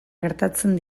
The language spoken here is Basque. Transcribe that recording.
gertatzen